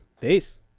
peace